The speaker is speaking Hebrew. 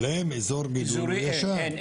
אבל הם אזור ביזורי ישן.